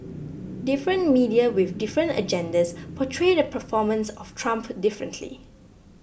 different media with different agendas portray the performance of Trump differently